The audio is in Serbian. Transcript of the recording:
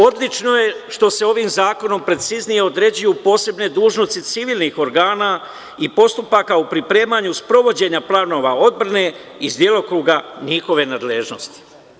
Odlično je što se ovim zakonom preciznije određuju posebno dužnosti civilnih organa i postupaka o pripremanju sprovođenja planova odbrane iz delokruga njihove nadležnosti.